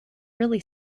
really